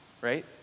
right